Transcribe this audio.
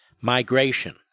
migration